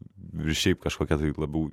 ir šiaip kažkokia tai labiau